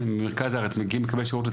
ממרכז הארץ מגיעים לקבל שירות,